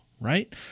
right